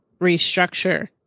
restructure